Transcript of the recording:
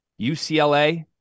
UCLA